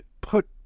put